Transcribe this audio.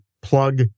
plug